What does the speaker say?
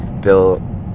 Bill